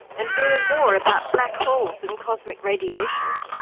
and learn more about black holes and cosmic radiation.